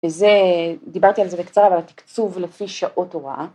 וזה, דיברתי על זה בקצרה אבל התקצוב לפי שעות הוראה.